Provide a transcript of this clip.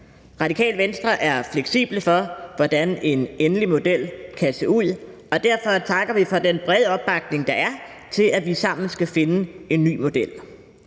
Radikale Venstre er fleksible, med hensyn til hvordan en endelig model kan se ud, og derfor takker vi for den brede opbakning, der er til, at vi sammen skal finde en ny model.